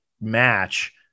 match